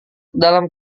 kedalam